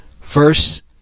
First